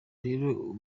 rero